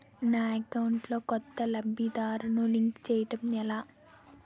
నా అకౌంట్ లో కొత్త లబ్ధిదారులను లింక్ చేయటం ఎలా?